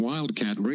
Wildcat